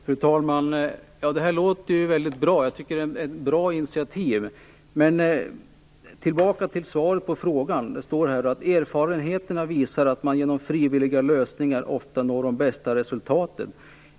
Fru talman! Det låter väldigt bra. Jag tycker att det är ett bra initiativ. Tillbaka till svaret på frågan! Det står att erfarenheterna visar att man genom frivilliga lösningar ofta når de bästa resultaten.